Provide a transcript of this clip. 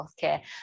Healthcare